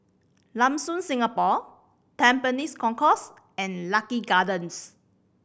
Lam Soon Singapore Tampines Concourse and Lucky Gardens